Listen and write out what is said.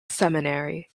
seminary